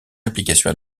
application